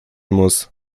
muss